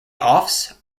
offs